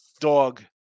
dog